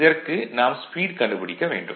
இதற்கு நாம் ஸ்பீட் கண்டுபிடிக்க வேண்டும்